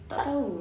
tak